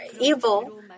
evil